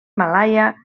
malaia